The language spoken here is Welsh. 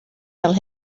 fel